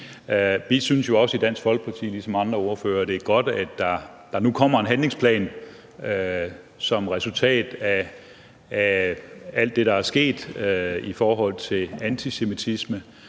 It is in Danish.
Vi synes i Dansk Folkeparti, ligesom i andre partier, at det er godt, at der nu kommer en handlingsplan som resultat af alt det, der er sket i forhold til antisemitisme,